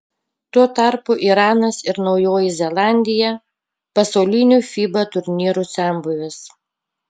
tuo tarpu iranas ir naujoji zelandija pasaulinių fiba turnyrų senbuvės